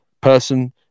person